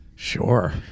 sure